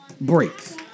breaks